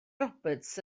roberts